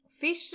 fish